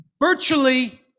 virtually